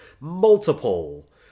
multiple